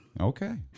Okay